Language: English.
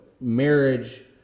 marriage